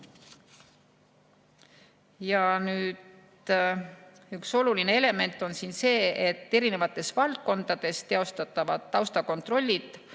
seaduses. Üks oluline element on see, et erinevates valdkondades teostatavate taustakontrollide